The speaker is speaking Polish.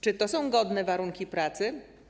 Czy to są godne warunki pracy?